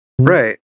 right